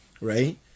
right